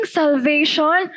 salvation